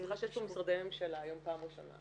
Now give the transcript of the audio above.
אני שמחה שיש פה משרדי ממשלה היום פעם ראשונה,